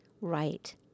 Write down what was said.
right